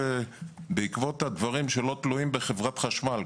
בעקבות הדברים שלא תלויים בחברת חשמל,